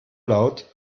laut